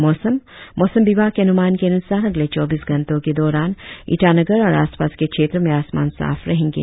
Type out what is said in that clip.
और अब मौसम मौसम विभाग के अनुमान के अनुसार अगले चौबीस घंटो के दौरान ईटानगर और आसपास के क्षेत्रो में आसमान साफ रहेंगे